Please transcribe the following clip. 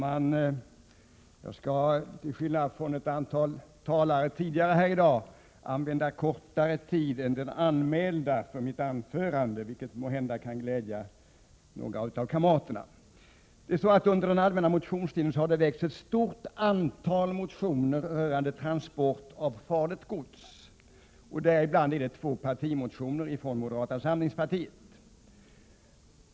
Herr talman! Till skillnad från ett antal talare tidigare här i dag skall jag använda kortare tid än den anmälda för anförandet, vilket måhända kan glädja några av kamraterna. Under allmänna motionstiden har det väckts ett stort antal motioner rörande transport av farligt gods, däribland två partimotioner från moderata samlingspartiet.